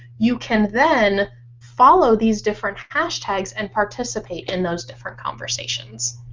you can then follow these different hashtags and participate in those different conversations.